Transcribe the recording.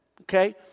okay